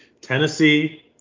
Tennessee